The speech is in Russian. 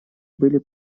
были